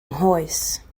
nghoes